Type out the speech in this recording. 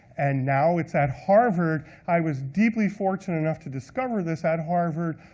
and now it's at harvard. i was deeply fortunate enough to discover this at harvard,